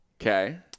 Okay